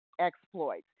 exploits